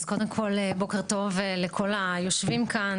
אז קודם כל, בוקר טוב לכל היושבים כאן.